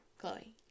Chloe